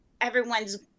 everyone's